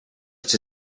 it’s